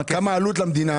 כמה העלות למדינה?